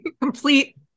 Complete